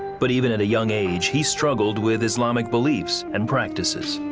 but even at a young age, he struggled with islamic beliefs and practices.